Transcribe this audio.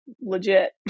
legit